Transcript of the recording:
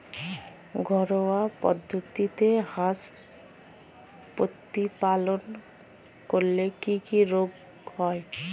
ঘরোয়া পদ্ধতিতে হাঁস প্রতিপালন করলে কি কি রোগ হয়?